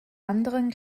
anderen